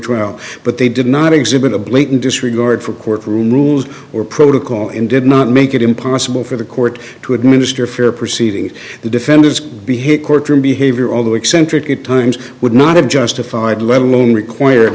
trial but they did not exhibit a blatant disregard for courtroom rules or protocol and did not make it impossible for the court to administer fair proceedings the defendants behaved courtroom behavior although eccentric at times would not have justified let alone require